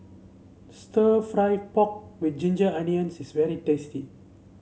stir fry pork with Ginger Onions is very tasty